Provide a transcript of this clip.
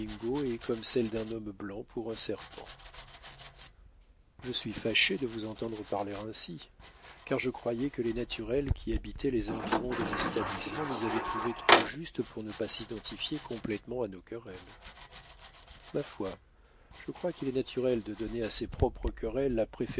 est comme celle d'un homme blanc pour un serpent je suis fâché de vous entendre parler ainsi car je croyais que les naturels qui habitent les environs de nos établissements nous avaient trouvés trop justes pour ne pas s'identifier complètement à nos querelles ma foi je crois qu'il est naturel de donner à ses propres querelles